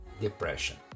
depression